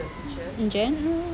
in general